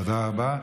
תודה רבה.